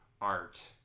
art